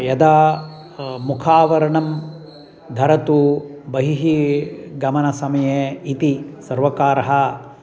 यदा मुखावरणं धरतु बहिः गमनसमये इति सर्वकारः